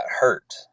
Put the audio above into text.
hurt